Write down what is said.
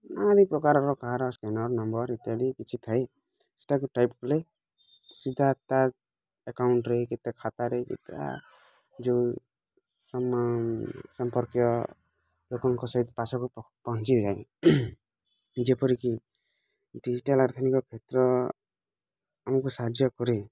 ନାନାଦି ପ୍ରକାରର scanner number ଇତ୍ୟାଦି କିଛି ଥାଇ ସେଟାକୁ ଟାଇପ୍ କଲେ ସିଧା ତା' ଆକାଉଣ୍ଟ୍ରେ କି ତା' ଖାତାରେ କି ତା' ଯେଉଁ ସମ୍ପର୍କୀୟ ଲୋକଙ୍କ ପାସ୍ବୁକ୍ ପହଞ୍ଚିଯାଏ ଯେପରିକି ଡିଜିଟାଲ୍ ଆର୍ଥନୀତିକ କ୍ଷେତ୍ର ଆମକୁ ସାହାଯ୍ୟ କରେ